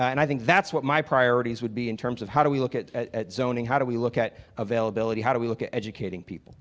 and i think that's what my priorities would be in terms of how do we look at zoning how do we look at availability how do we look at educating people